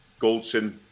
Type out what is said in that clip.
Goldson